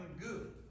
good